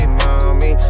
mommy